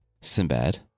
Sinbad